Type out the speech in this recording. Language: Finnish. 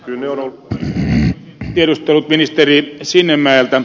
yle odottamiseen tiedustelut ministeri sinnemäeltä